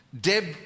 Deb